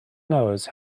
knows